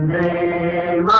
a